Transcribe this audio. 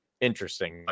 interesting